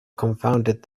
confounded